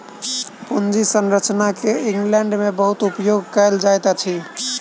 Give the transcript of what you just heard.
पूंजी संरचना के इंग्लैंड में बहुत उपयोग कएल जाइत अछि